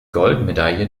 goldmedaille